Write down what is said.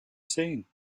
seen